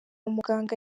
muganga